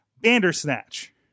bandersnatch